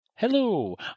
Hello